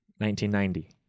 1990